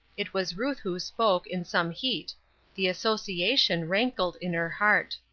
it was ruth who spoke, in some heat the association rankled in her heart.